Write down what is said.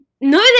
No